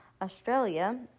Australia